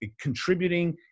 contributing